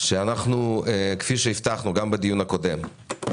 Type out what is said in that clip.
כפי שהבטחנו גם בדיון הקודם,